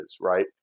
right